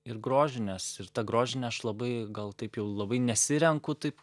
ir grožinės ir tą grožinę aš labai gal taip jau labai nesirenku taip